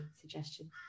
suggestion